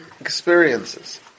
experiences